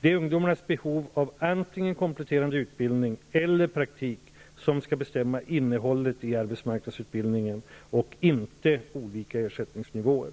Det är ungdomarnas behov av antingen kompletterande utbildning eller praktik som skall bestämma innehållet i arbetsmarknadsutbildningen och inte olika ersättningsnivåer.